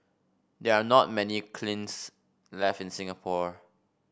there are not many kilns left in Singapore